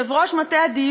מה, זה לא נכון.